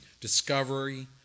Discovery